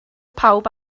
pawb